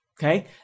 okay